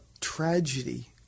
tragedy